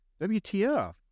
wtf